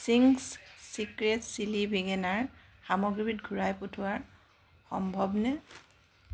Ching's চিক্ৰেট chilli vinegar সামগ্ৰীবিধ ঘূৰাই পঠিওৱাৰ সম্ভৱনে